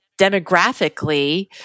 demographically